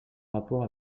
rapport